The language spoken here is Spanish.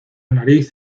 nariz